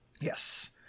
Yes